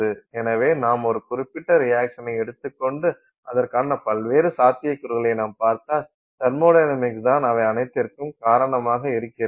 எனவே நாம் ஒரு குறிப்பிட்ட ரியாக்சனை எடுத்துக் கொண்டு அதற்கான பல்வேறு சாத்தியக்கூறுகளை நாம் பார்த்தால் தெர்மொடைனமிக்ஸ் தான் அவை அனைத்திற்கும் காரணமாக இருக்கிறது